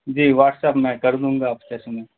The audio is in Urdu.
جی واٹس اپ میں کر دوں گا آپ چسمے